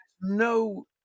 no